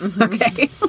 Okay